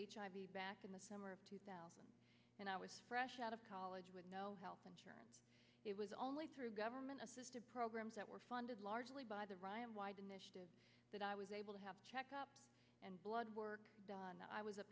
hiv back in the summer of two thousand and i was fresh out of college with no health insurance it was only through government assistance programs that were funded largely by the ryan white initiative that i was able to help check up and blood work done i was a